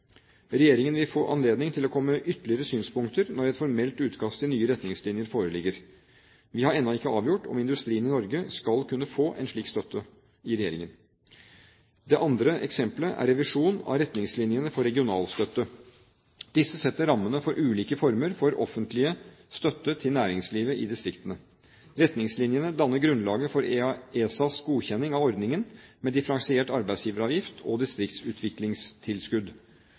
Regjeringen vil få anledning til å komme med ytterligere synspunkter når et formelt utkast til nye retningslinjer foreligger. Regjeringen har ennå ikke avgjort om industrien i Norge skal kunne få slik støtte. Det andre eksempelet er revisjonen av retningslinjene for regionalstøtte. Disse setter rammene for ulike former for offentlig støtte til næringslivet i distriktene. Retningslinjene danner grunnlaget for ESAs godkjenning av ordningen med differensiert arbeidsgiveravgift og distriktsutviklingstilskudd.